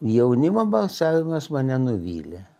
jaunimo balsavimas mane nuvylė